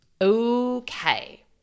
Okay